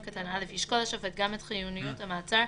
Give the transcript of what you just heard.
קטן (א) ישקול השופט גם את חיוניות המעצר,